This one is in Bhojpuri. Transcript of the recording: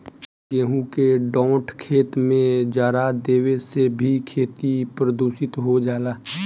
गेंहू के डाँठ खेत में जरा देवे से भी खेती प्रदूषित हो जाला